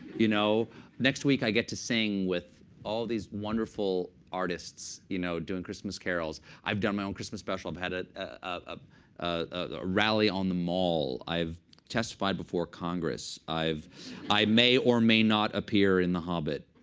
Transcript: you know next week, i get to sing with all these wonderful artists you know doing christmas carols. i've done my own christmas special. i've had a ah ah rally on the mall. i've testified before congress. i may or may not appear in the hobbit.